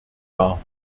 dar